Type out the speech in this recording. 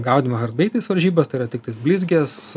gaudymo hardbeitais varžybas tai yra tik tai blizgės